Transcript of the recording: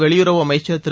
வெளியுறவு அமைச்சர் திரு